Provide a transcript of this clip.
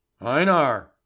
Einar